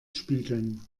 spielen